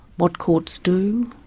what courts do,